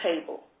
table